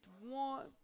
one